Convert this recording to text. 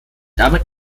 damit